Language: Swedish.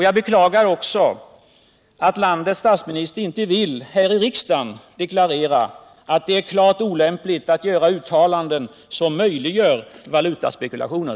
Jag beklagar också att landets statsminister här i riksdagen inte vill deklarera att det är klart olämpligt att göra uttalanden som möjliggör valutaspekulationer.